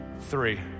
three